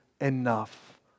enough